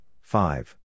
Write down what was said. five